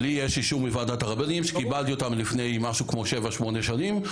לי יש אישור מוועדת הרבנים שקיבלתי אותה מלפני משהו כמו שבע-שמונה שנים.